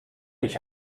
ich